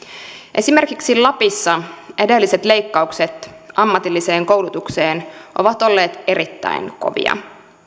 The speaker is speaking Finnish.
esimerkiksi lapissa edelliset leikkaukset ammatilliseen koulutukseen ovat olleet erittäin kovia